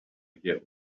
get